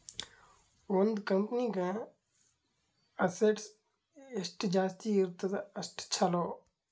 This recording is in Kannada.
ಒಂದ್ ಕಂಪನಿಗ್ ಅಸೆಟ್ಸ್ ಎಷ್ಟ ಜಾಸ್ತಿ ಇರ್ತುದ್ ಅಷ್ಟ ಛಲೋ